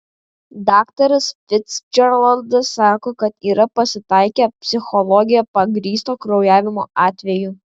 daktaras ficdžeraldas sako kad yra pasitaikę psichologija pagrįsto kraujavimo atvejų